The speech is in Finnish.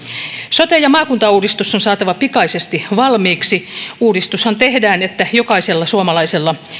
sote ja maakuntauudistus on saatava pikaisesti valmiiksi uudistushan tehdään että jokaisella suomalaisella